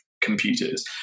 computers